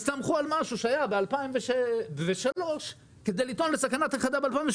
הם הסתמכו על משהו שהיה ב-2003 כדי לטעון לסכנת הכחדה ב-2018.